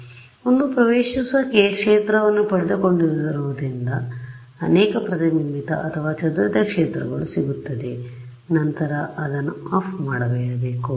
ಆದ್ದರಿಂದ ಒಂದು ಪ್ರವೇಶಿಸುವ ಕ್ಷೇತ್ರವನ್ನು ಪಡೆದುಕೊಂಡಿರುವುದರಿಂದ ಅನೇಕ ಪ್ರತಿಬಿಂಬಿತ ಅಥವಾ ಚದುರಿದ ಕ್ಷೇತ್ರಗಳು ಸಿಗುತ್ತದೆ ನಂತರ ಅದನ್ನು ಆಫ್ ಮಾಡಬೇಕು